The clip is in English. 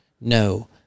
No